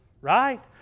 right